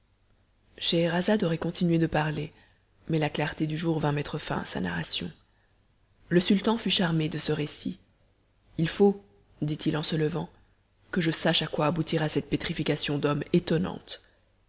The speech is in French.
scheherazade aurait continué de parler mais la clarté du jour vint mettre fin à sa narration le sultan fut charmé de ce récit il faut dit-il en se levant que je sache à quoi aboutira cette pétrification d'hommes étonnante